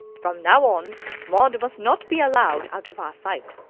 from now on maud must not be allowed out of our sight.